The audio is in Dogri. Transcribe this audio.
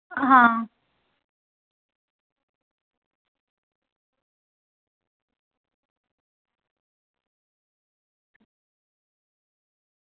हां